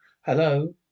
Hello